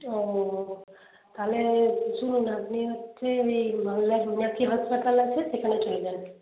ও তাহলে শুনুন আপনি হচ্ছে ওই মালদায় মীনাক্ষী হাসপাতাল আছে সেখানে চলে যান